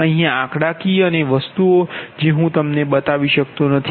અહીયા આંકડાકીય અન્ય વસ્તુઓ જે હું તમને બતાવી શકતો નથી